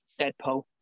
Deadpool